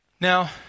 Now